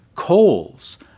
coals